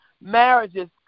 marriages